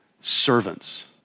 servants